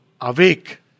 awake